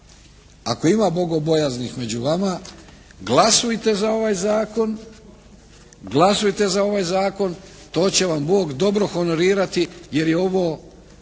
ako ima bogobojaznih među vama glasujte za ovaj zakon, to će vam Bog dobro honorirati jer je ovo